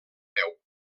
peu